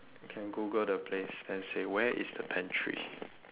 can google the place and say where is the pantry